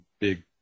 big